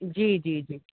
जी जी जी